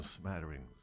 smatterings